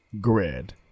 GRID